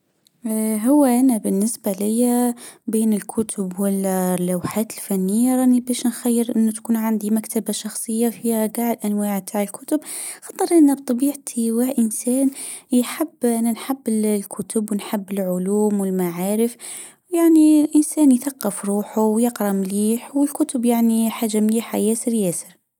هو هنا بالنسبة لي بين الكتب واللوحات الفنية راني باش نتخيل ان تكون عندي مكتبة شخصية زيادة انو يعطي الكتب اختاري من الطبيب انسان يحب يعني الحب الكتب نحب العلوم والمعارف يعني انسان روحو مليح والكتب يعني حاجة مليحة